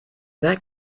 that